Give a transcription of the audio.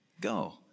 Go